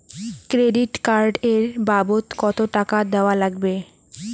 Credit card এর বাবদ কতো টাকা দেওয়া লাগবে?